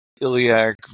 iliac